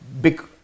big